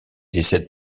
décède